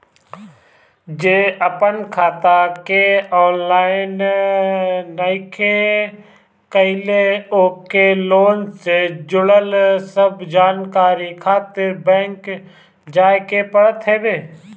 जे आपन खाता के ऑनलाइन नइखे कईले ओके लोन से जुड़ल सब जानकारी खातिर बैंक जाए के पड़त हवे